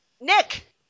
Nick